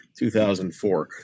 2004